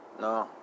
No